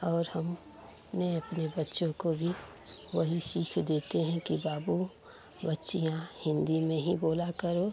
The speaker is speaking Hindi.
और हम अपने अपने बच्चों को भी वही सीख देते हैं कि बाबू बच्चियाँ हिन्दी में ही बोला करो